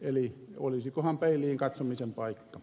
eli olisikohan peiliin katsomisen paikka